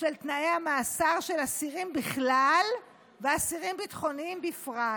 של תנאי המאסר של אסירים בכלל ואסירים ביטחוניים בפרט,